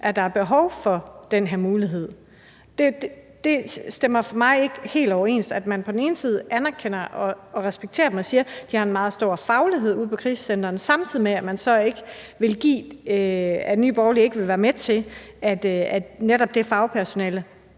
at der er behov for den her mulighed. Det stemmer for mig ikke helt overens, at man på den ene side anerkender og respekterer dem og siger, at de har en meget stor faglighed ude på krisecentrene, samtidig med at Nye Borgerlige så ikke vil være med til det, som fagpersonalet